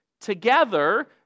Together